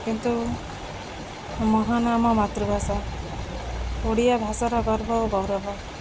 କିନ୍ତୁ ମହାନ ଆମ ମାତୃଭାଷା ଓଡ଼ିଆ ଭାଷାର ଗର୍ବ ଓ ଗୌରବ